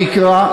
תקרא,